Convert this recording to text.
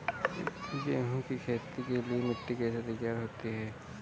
गेहूँ की खेती के लिए मिट्टी कैसे तैयार होती है?